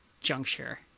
juncture